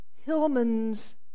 Hillman's